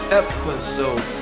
episode